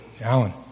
Alan